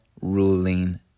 ruling